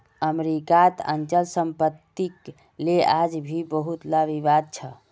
अमरीकात अचल सम्पत्तिक ले आज भी बहुतला विवाद छ